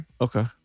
Okay